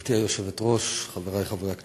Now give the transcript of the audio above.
גברתי היושבת-ראש, חברי חברי הכנסת,